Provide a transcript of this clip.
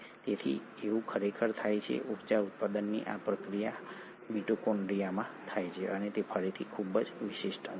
તેથી આવું ખરેખર થાય છે ઊર્જા ઉત્પાદનની આ પ્રક્રિયા મિટોકોન્ડ્રિયામાં થાય છે અને તે ફરીથી ખૂબ જ વિશિષ્ટ અંગ છે